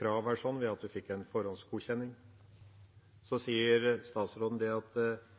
krav her ved at en fikk en forhåndsgodkjenning. Så sier statsråden at